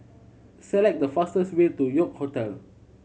select the fastest way to York Hotel